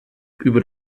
über